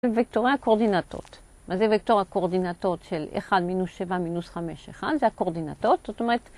וקטורי הקורדינטות, מה זה וקטור הקורדינטות של 1 מינוס 7 מינוס 5, 1 זה הקורדינטות, זאת אומרת